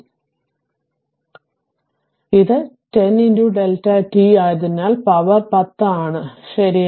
അതിനാൽ ഇത് 10 Δ t ആയതിനാൽ ശക്തി 10 ആണ് ശരിയാണ്